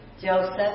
Joseph